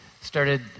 started